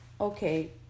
Okay